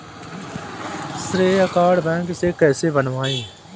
श्रेय card bank से कैसे बनवाएं?